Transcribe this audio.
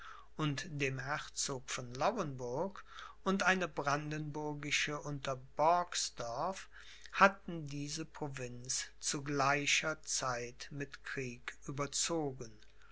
und dem herzog von lauenburg und eine brandenburgische unter borgsdorf hatten diese provinz zu gleicher zeit mit krieg überzogen